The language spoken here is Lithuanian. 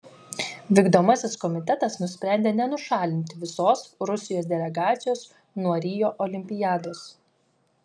vykdomasis komitetas nusprendė nenušalinti visos rusijos delegacijos nuo rio olimpiados